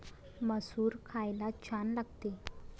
मसूर खायला छान लागते